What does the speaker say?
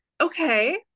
okay